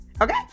Okay